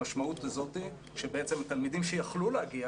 המשמעות הזאת שבעצם תלמידים שיכלו להגיע